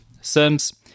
sims